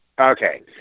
Okay